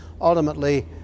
ultimately